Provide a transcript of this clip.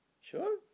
sure